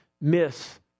miss